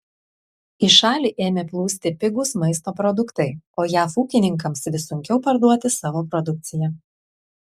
į šalį ėmė plūsti pigūs maisto produktai o jav ūkininkams vis sunkiau parduoti savo produkciją